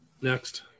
Next